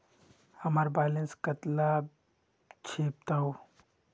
हमार बैलेंस कतला छेबताउ?